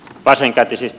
vasenkätisistä